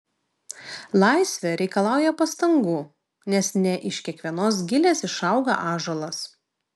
laisvė reikalauja pastangų nes ne iš kiekvienos gilės išauga ąžuolas